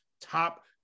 top